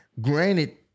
granted